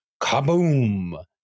kaboom